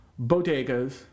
bodegas